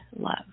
love